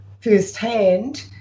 firsthand